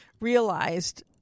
realized